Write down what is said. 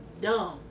dumb